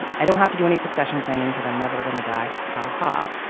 i don't have to do any succession planning because i'm never going to die. ha ha.